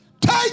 take